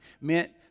meant